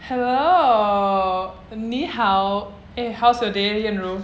hello 你好 eh how's your day yan ru